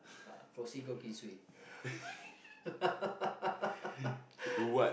ah proceed go Queensway